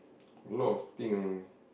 a lot of thing you know